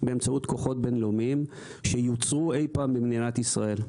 באמצעות כוחות בין-לאומיים שיוצאו אי פעם במדינת ישראל.